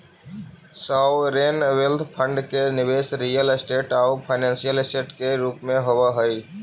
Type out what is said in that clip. sovereign wealth fund के निवेश real estate आउ फाइनेंशियल ऐसेट के रूप में होवऽ हई